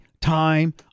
time